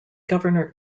governor